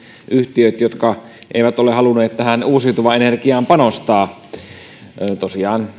yhtiöissä jotka eivät ole halunneet tähän uusiutuvaan energiaan panostaa tosiaan